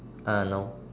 uh no